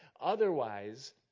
Otherwise